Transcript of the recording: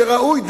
שראוי,